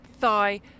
thigh